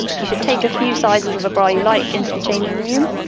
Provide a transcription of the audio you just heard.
you should take a few sizes of a bra you like into the changing room.